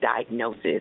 diagnosis